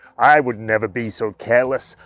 i would never be so careless!